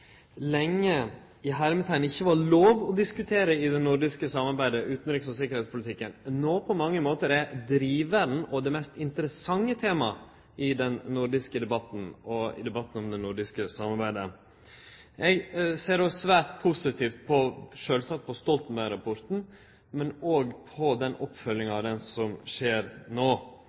lenge «ikkje var lov» å diskutere i det nordiske samarbeidet, utanriks- og tryggingspolitikken, no på mange måtar er drivaren og det mest interessante temaet i den nordiske debatten og i debatten om det nordiske samarbeidet. Eg ser sjølvsagt svært positivt på Stoltenberg-rapporten, men òg på oppfølginga av han, som skjer no.